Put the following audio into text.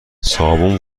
صابون